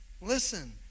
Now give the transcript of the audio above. listen